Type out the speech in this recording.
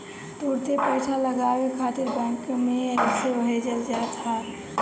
तुरंते पईसा लगावे खातिर बैंक में अइसे भेजल जात ह